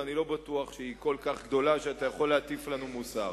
ואני לא בטוח שהיא כל כך גדולה שאתה יכול להטיף לנו מוסר.